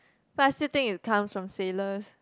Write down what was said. but I still think it comes from sailors